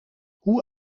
hoe